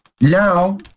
Now